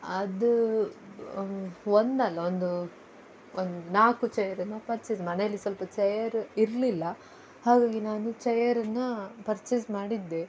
ಅದು ಒಂದಲ್ಲ ಒಂದು ಒಂದು ನಾಲ್ಕು ಚೇಯರನ್ನು ಪರ್ಚೇಸ್ ಮನೆಯಲ್ಲಿ ಸ್ವಲ್ಪ ಚೇಯರ ಇರಲಿಲ್ಲ ಹಾಗಾಗಿ ನಾನು ಚೇಯರನ್ನು ಪರ್ಚೇಸ್ ಮಾಡಿದ್ದೆ